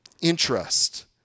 interest